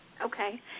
Okay